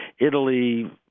Italy